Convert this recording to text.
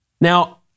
Now